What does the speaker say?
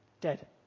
dead